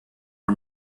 are